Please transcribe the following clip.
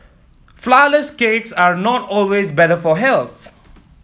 flourless cakes are not always better for health